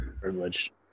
Privilege